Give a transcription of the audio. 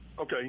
Okay